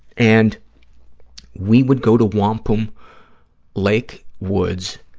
and we would go to wampum lake woods.